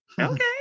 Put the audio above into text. Okay